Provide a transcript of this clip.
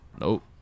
Nope